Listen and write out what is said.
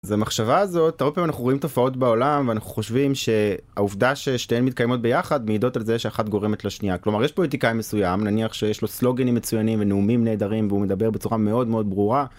אזה המחשבה הזאת הרבה פעמים אנחנו רואים תופעות בעולם ואנחנו חושבים שהעובדה ששתיהן מתקיימות ביחד מעידות על זה שאחד גורמת לשנייה, כלומר יש פה פוליטיקאי מסוים נניח שיש לו סלוגנים מצוינים ונאומים נהדרים והוא מדבר בצורה מאוד מאוד ברורה